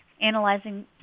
analyzing